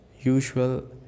usual